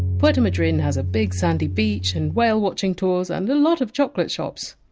puerto madryn has a big sandy beach and whale-watching tours and a lot of chocolate shops.